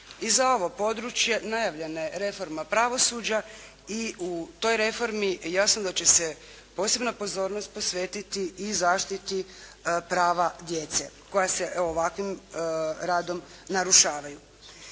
I za ovo područje najavljena je reforma pravosuđa i u toj reformi jasno da će se posebna pozornost posvetiti i zaštiti prava djece koja se ovakvim radom narušavaju.